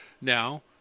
now